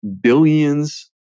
billions